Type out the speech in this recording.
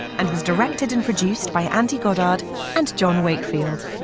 and directed and produced by andy goddard and john wakefield